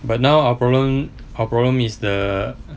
but now our problem our problem is the